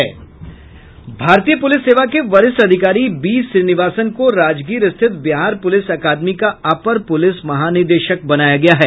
भारतीय पुलिस सेवा के वरिष्ठ अधिकारी बी श्रीनिवासन को राजगीर स्थित बिहार पुलिस अकादमी का अपर पुलिस महानिदेशक बनाया गया है